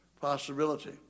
possibility